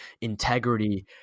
integrity